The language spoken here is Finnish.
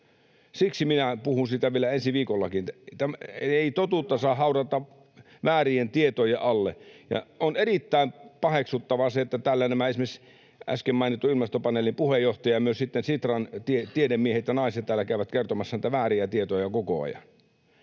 Siksi minä puhun siitä vielä ensi viikollakin. [Tuomas Kettunen: Hyvä!] Ei totuutta saa haudata väärien tietojen alle. On erittäin paheksuttavaa, että esimerkiksi täällä äsken mainittu Ilmastopaneelin puheenjohtaja ja sitten myös Sitran tiedemiehet ja ‑naiset täällä käyvät kertomassa näitä vääriä tietoja koko ajan.